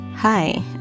Hi